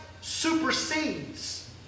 supersedes